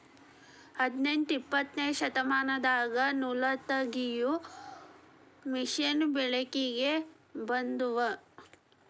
ಹದನೆಂಟ ಇಪ್ಪತ್ತನೆ ಶತಮಾನದಾಗ ನೂಲತಗಿಯು ಮಿಷನ್ ಬೆಳಕಿಗೆ ಬಂದುವ